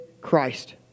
Christ